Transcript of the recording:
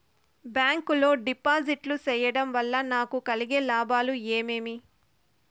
Bank లో డిపాజిట్లు సేయడం వల్ల నాకు కలిగే లాభాలు ఏమేమి?